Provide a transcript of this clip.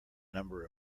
number